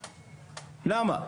למה?